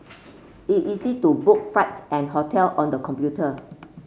it easy to book flights and hotel on the computer